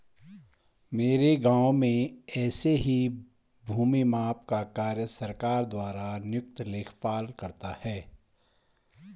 मेरे गांव में ऐसे ही भूमि माप का कार्य सरकार द्वारा नियुक्त लेखपाल करता है